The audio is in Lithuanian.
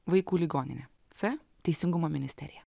vaikų ligoninė c teisingumo ministerija